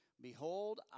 Behold